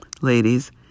ladies